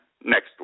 next